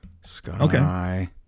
Sky